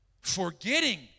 forgetting